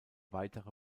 weitere